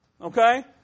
Okay